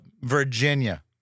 Virginia